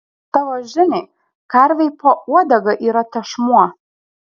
tavo žiniai karvei po uodega yra tešmuo